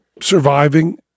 surviving